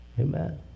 Amen